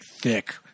thick